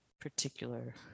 particular